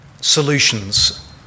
solutions